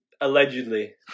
allegedly